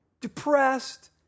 depressed